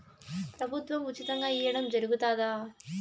ప్రభుత్వం ఉచితంగా ఇయ్యడం జరుగుతాదా?